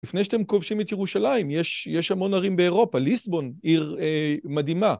לפני שאתם כובשים את ירושלים, יש המון ערים באירופה, ליסבון, עיר מדהימה.